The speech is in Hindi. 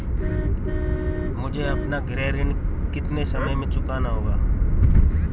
मुझे अपना गृह ऋण कितने समय में चुकाना होगा?